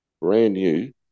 brand-new